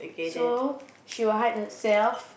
so she will hide herself